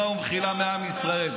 חבר הכנסת קריב.